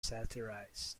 satirized